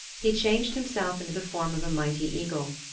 he changed himself into the form of a mighty eagle.